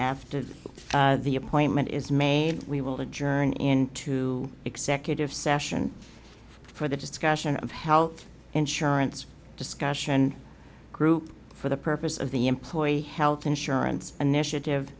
after the appointment is made we will adjourn into executive session for the discussion health insurance discussion group for the purpose of the employee health insurance initiative